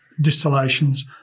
distillations